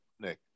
Nick